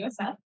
USF